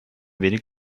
wenig